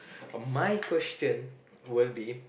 my question will be